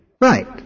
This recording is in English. Right